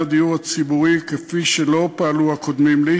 הדיור הציבורי כפי שלא פעלו הקודמים לי,